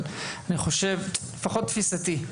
אבל אני חושב, לפחות תפיסתי,